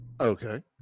Okay